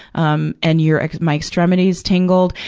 um, and your ex, my extremities tingled.